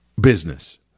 business